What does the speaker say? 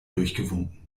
durchgewunken